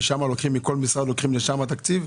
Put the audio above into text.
מכל משרד לוקחים לשם תקציב?